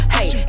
Hey